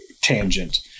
tangent